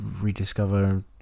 rediscover